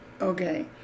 Okay